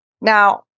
Now